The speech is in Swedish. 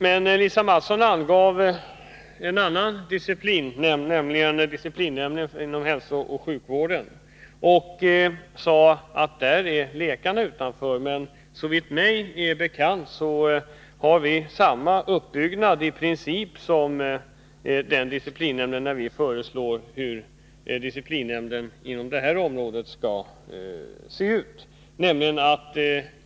Men Lisa Mattson angav en annan disciplinnämnd, nämligen den inom hälsooch sjukvården, och sade att läkarna där står utanför. Såvitt mig är bekant är disciplinnämnden inom hälsooch sjukvården i princip uppbyggd på samma sätt som den disciplinnämnd som vi föreslår på detta område.